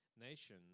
Nation